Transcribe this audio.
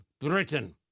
Britain